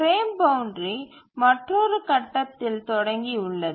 frame foundry மற்றொரு கட்டத்தில் தொடங்கி உள்ளது